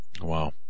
Wow